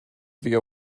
via